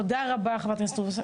תודה רבה, חברת הכנסת רות וסרמן.